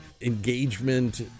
engagement